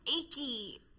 achy